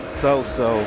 so-so